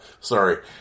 sorry